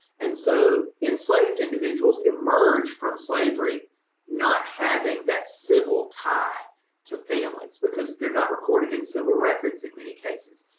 and so, enslaved individuals emerged from slavery not having that civil tie to families, because they're not recorded in civil records in many cases.